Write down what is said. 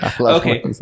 Okay